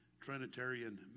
trinitarian